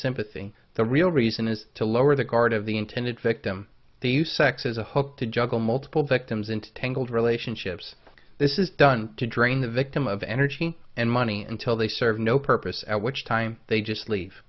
sympathy the real reason is to lower the guard of the intended victim they use sex as a hook to juggle multiple victims into tangled relationships this is done to drain the victim of energy and money until they serve no purpose at which time they just leave